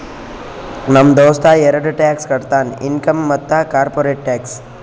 ನಮ್ ದೋಸ್ತ ಎರಡ ಟ್ಯಾಕ್ಸ್ ಕಟ್ತಾನ್ ಇನ್ಕಮ್ ಮತ್ತ ಕಾರ್ಪೊರೇಟ್ ಟ್ಯಾಕ್ಸ್